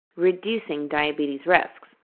reducing diabetes risks.